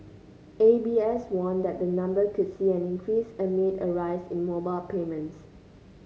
A B S warned that the number could see an increase amid a rise in mobile payments